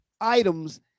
items